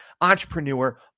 entrepreneur